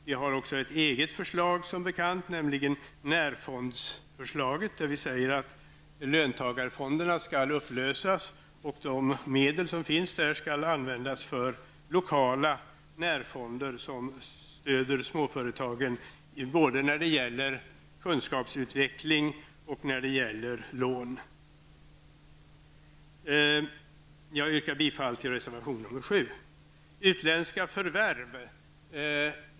Vi har som bekant ett eget förslag, nämligen när fondsförslaget. Vi säger att löntagarfonderna skall upplösas och de medel som finns där skall användas för lokala närfonder som stödjer småföretagen både när det gäller kunskapsutveckling och när det gäller lån. Jag yrkar bifall till reservation 7.